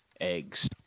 eggs